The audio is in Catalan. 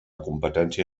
competència